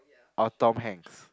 or Tom-Hanks